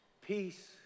peace